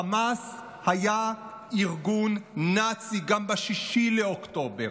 חמאס היה ארגון נאצי גם ב-6 באוקטובר,